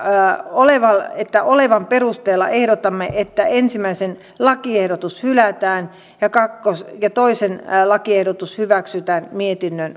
edellä olevan perusteella ensimmäinen lakiehdotus hylätään ja toinen lakiehdotus hyväksytään mietinnön